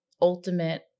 ultimate